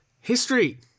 History